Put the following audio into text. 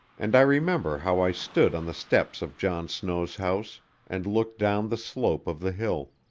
and i remember how i stood on the steps of john snow's house and looked down the slope of the hill,